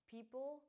People